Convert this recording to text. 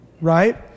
right